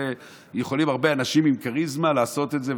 יכולים הרבה אנשים עם כריזמה לעשות את זה,